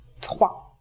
trois